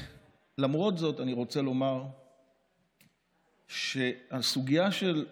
למרות זאת, אני רוצה לומר שהסוגיה של,